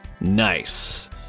Nice